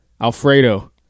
Alfredo